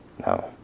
No